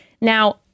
Now